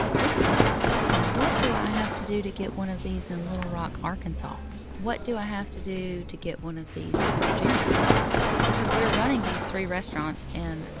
this is awesome. what do i have to do to get one of these in little rock, ark? and but what do i have to do to get one of these in virginia? ah because we were running these three restaurants and,